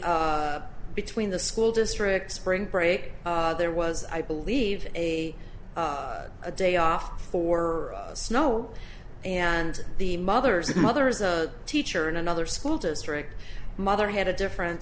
between the school districts spring break there was i believe a a day off for snow and the mother's mother's a teacher in another school district mother had a different